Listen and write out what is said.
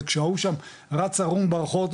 זה כשההוא שם רץ ערום ברחוב,